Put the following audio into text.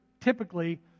typically